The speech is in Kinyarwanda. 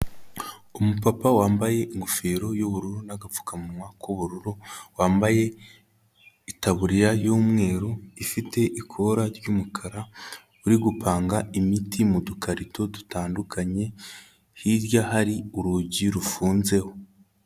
Umupapa wambaye ingofero y'ubururu n'agapfukamunwa k'ubururu, wambaye itaburiya y'umweru ifite ikora ry'umukara uri gupanga imiti mu dukarito dutandukanye, hirya hari urugi rufunzeho.